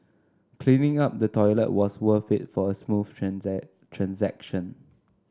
cleaning up the toilet was worth it for a smooth transaction